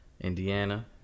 Indiana